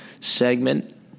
Segment